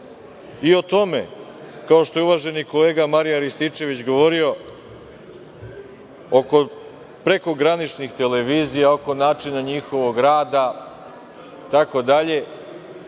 pričamo i, kao što je uvaženi kolega Marijan Rističević govorio, oko prekograničnih televizija, oko načina njihovog rada itd,